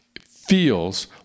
feels